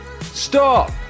Stop